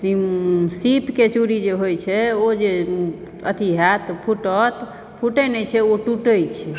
से सीपके चूड़ी जे होयत छै ओ जे अथी होयत फुटत फुटैत नहि छै ओ टुटैत छै